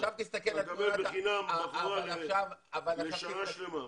אתה מקבל בחינם בחורה לשנה שלמה,